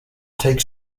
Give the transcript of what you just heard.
take